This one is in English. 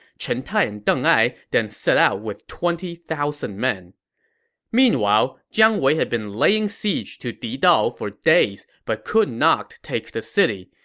chen tai and deng ai then each set out with twenty thousand men meanwhile, jiang wei had been laying siege to didao for days but could not take the city.